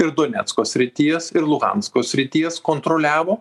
ir donecko srities ir luhansko srities kontroliavo